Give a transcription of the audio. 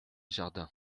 jardins